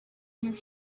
your